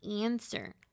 answer